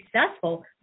successful